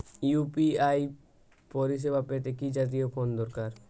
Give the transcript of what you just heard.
UPI পরিসেবা পেতে কি জাতীয় ফোন দরকার?